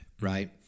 right